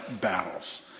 battles